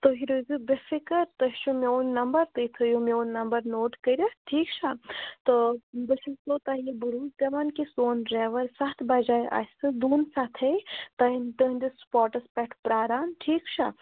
تُہۍ روٗزِو بے فِکَر تۄہہِ چھُو میون نمبر تہٕ یہِ تھٲیِو میون نمبر نوٹ کٔرِتھ ٹھیٖک چھا تو بہٕ چھَسو تۄہہِ یہِ بروس دِوان کہِ سون ڈرٛیوَر سَتھ بَجاے آسہِ سُہ دوٗنہٕ سَتھٕے تہٕنٛد تٕہٕنٛدٕس سٕپاٹَس پٮ۪ٹھ پرٛاران ٹھیٖک چھا